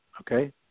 Okay